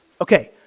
Okay